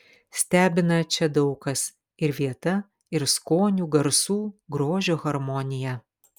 stebina čia daug kas ir vieta ir skonių garsų grožio harmonija